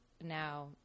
now